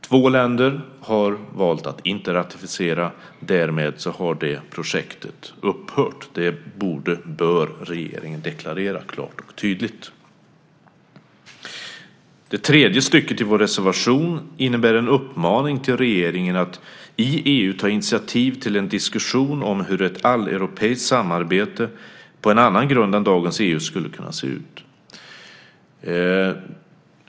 Två länder har valt att inte ratificera. Därmed har projektet upphört. Det bör regeringen deklarera klart och tydligt. Det tredje stycket i vår reservation innebär en uppmaning till regeringen att i EU ta initiativ till en diskussion om hur ett alleuropeiskt samarbete på en annan grund än dagens EU skulle kunna se ut.